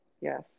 yes